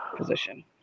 position